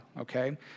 okay